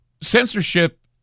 censorship